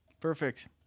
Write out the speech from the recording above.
perfect